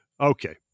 Okay